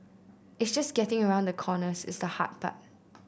it's just getting around the corners is the hard part